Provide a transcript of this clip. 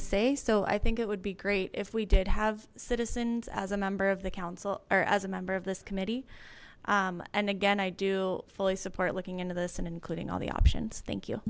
a say so i think it would be great if we did have citizens as number of the council or as a member of this committee and again i do fully support looking into this and including all the options thank you